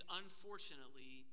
unfortunately